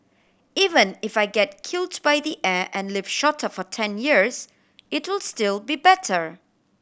even if I get killed by the air and live shorter for ten years it'll still be better